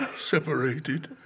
separated